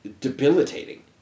debilitating